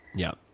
yeah,